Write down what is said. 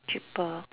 cheaper